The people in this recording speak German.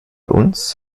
uns